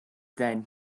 than